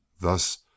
thus